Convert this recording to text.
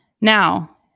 Now